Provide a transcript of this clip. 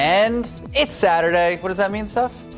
and it saturday because i mean self.